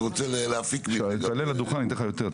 אני רוצה להפיק מכאן איזה --- כשאתה תעלה לדוכן אני אתן לך יותר,